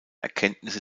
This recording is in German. erkenntnisse